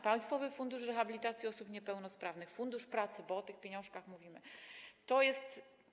Państwowy Fundusz Rehabilitacji Osób Niepełnosprawnych, Fundusz Pracy, bo o tych pieniążkach mówimy, to jest.